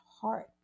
heart